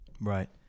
Right